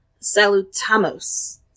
Salutamos